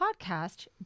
podcast